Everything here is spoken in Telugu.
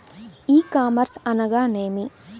ఈ కామర్స్ అనగానేమి?